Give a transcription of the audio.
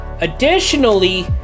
Additionally